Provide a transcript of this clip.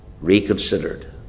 reconsidered